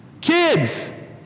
Kids